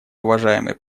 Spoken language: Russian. уважаемый